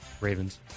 Ravens